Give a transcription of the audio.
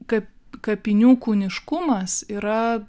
kaip kapinių kūniškumas yra